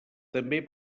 també